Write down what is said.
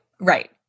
right